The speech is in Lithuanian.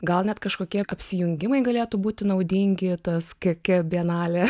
gal net kažkokie apsijungimai galėtų būti naudingi tas kk bienalė